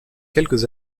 quelques